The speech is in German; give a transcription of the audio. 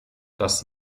dass